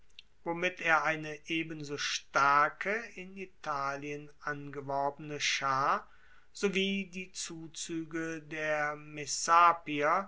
womit er eine ebenso starke in italien angeworbene schar sowie die zuzuege der messapier